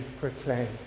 proclaim